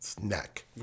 neck